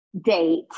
date